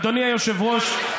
אדוני היושב-ראש,